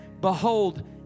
Behold